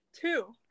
Two